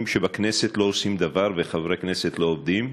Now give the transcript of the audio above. שבכנסת לא עושים דבר וחברי כנסת אינם עובדים,